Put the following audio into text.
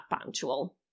punctual